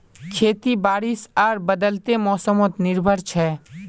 खेती बारिश आर बदलते मोसमोत निर्भर छे